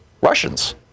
Russians